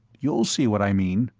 you'll see what i mean,